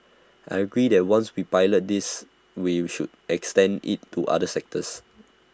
I agree that once we pilot this we should extend IT to other sectors